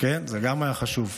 כן, גם זה היה חשוב.